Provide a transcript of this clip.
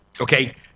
Okay